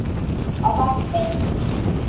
और बाँकी पैसे